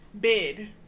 bid